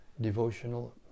devotional